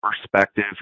perspective